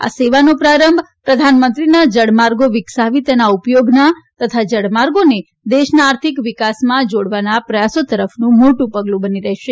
આ સેવાનો પ્રારંભ પ્રધાનમંત્રીના જળ માર્ગો વિકસાવી તેના ઉપયોગના તથા જળમાર્ગોને દેશના આર્થિક વિકાસમાં જોડવાના પ્રયાસો તરફનું મોટું પગલું બની રહેશે